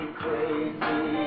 crazy